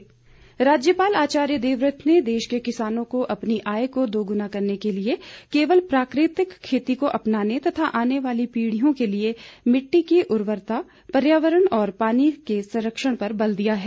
राज्यपाल राज्यपाल आचार्य देवव्रत ने देश के किसानों को अपनी आय दोग्ना करने के लिए केवल प्राकृतिक खेती को अपनाने तथा आने वाली पीढ़ियों के लिए मिट्टी की उर्वरता पर्यावरण और पानी के संरक्षण पर बल दिया है